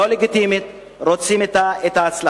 לא לגיטימית, רוצים את ההצלחה.